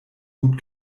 gut